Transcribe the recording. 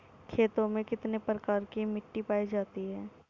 खेतों में कितने प्रकार की मिटी पायी जाती हैं?